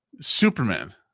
Superman